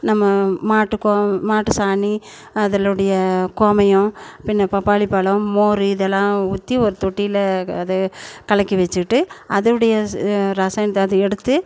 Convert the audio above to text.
நம்ம மாட்டுக்கும் மாட்டு சாணி அதிலுடைய கோமியம் பின்னர் பப்பாளிப்பழம் மோர் இதெல்லாம் ஊற்றி ஒரு தொட்டியில் க அதை கலக்கி வெச்சுட்டு அதுனுடைய ஸு ரசாயனத்தை அதை எடுத்து